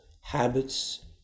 habits